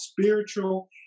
spiritual